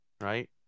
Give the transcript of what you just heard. right